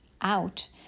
out